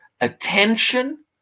attention